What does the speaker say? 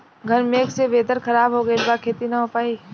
घन मेघ से वेदर ख़राब हो गइल बा खेती न हो पाई